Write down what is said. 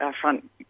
front